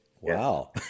wow